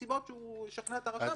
מסיבות שהוא ישכנע את הרשם,